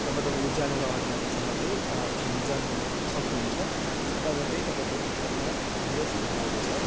तब तपाईँ उज्यालो र अँध्यारोसँग चाहिँ खेल्नु जान्नु सक्नुहुन्छ तब चाहिँ तपाईँको चित्रमा धेरै सुधार आउँदछ